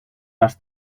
las